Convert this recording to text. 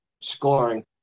scoring